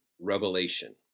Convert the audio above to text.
Revelation